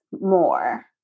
more